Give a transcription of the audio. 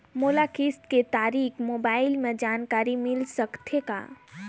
मोला किस्त के तारिक मोबाइल मे जानकारी मिल सकथे का?